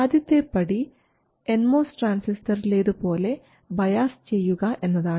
ആദ്യത്തെ പടി N MOS ട്രാൻസിസ്റ്ററിലേതുപോലെ ബയാസ് ചെയ്യുക എന്നതാണ്